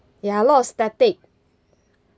ya a lot of static